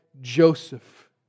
Joseph